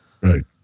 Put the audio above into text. Right